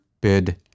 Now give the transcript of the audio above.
bid